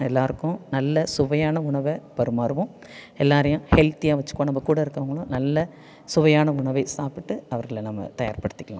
எல்லாருக்கும் நல்ல சுவையான உணவை பரிமாறுவோம் எல்லாரையும் ஹெல்தியாக வச்சிக்கணும் நம்ம கூட இருக்கவங்களும் நல்ல சுவையான உணவை சாப்பிட்டு அவர்களை நம்ம தயார் படுத்திக்கலாம்